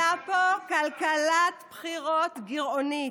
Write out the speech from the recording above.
מכיוון שבמשך העשור האחרון התנהלה פה כלכלת בחירות גירעונית.